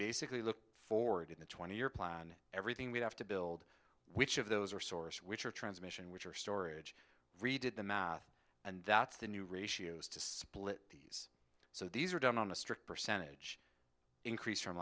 basically look forward in the twenty year plan everything we have to build which of those resources which are transmission which are storage we did the math and that's the new ratios to split these so these are done on a strict percentage increase from